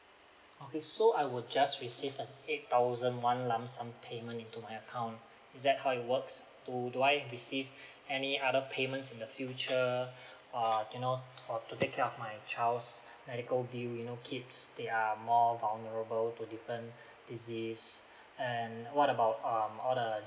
okay so I will just receive a eight thousand one lump sum payment into my account is that how it works do do I receive any other payments in the future err do not or to take up my child's medical bill you know kids they are more vulnerable to different disease and what about um all the